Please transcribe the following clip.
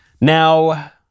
Now